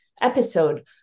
episode